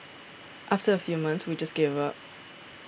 after a few months we just gave up